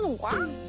one,